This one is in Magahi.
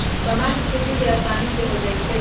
समा के खेती असानी से हो जाइ छइ